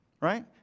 right